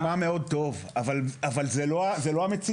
זה נשמע מאוד טוב אבל זו לא המציאות.